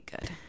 good